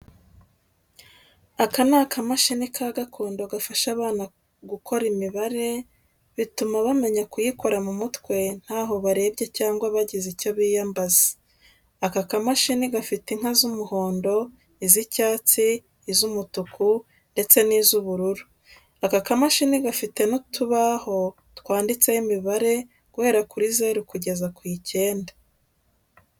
Aka ni akamashini ka gakondo gafasha abana gukora imibare, bituma bamenya kuyikora mu mutwe ntaho barebye cyangwa bagize icyo biyambaza. Aka kamashini gafite inka z'umuhondo, iz'icyatsi, iz'umutuku ndetse n'iz'ubururu. Aka kamashini gafite n'utubaho twanditseho imibare guhera kuri zeru kugeza ku icyenda.